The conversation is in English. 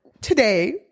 Today